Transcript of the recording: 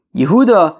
Yehuda